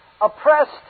oppressed